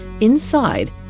Inside